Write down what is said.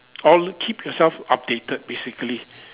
or keep yourself updated basically